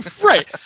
right